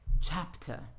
chapter